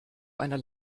einer